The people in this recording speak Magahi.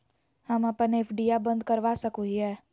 हम अप्पन एफ.डी आ बंद करवा सको हियै